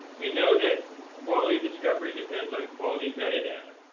we know that quality discovery depends on quality metadata.